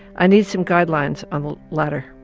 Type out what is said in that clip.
i need some guidelines on the latter,